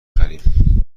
خریم